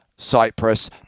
Cyprus